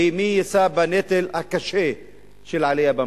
ומי יישא בנטל הקשה של העלייה במחירים.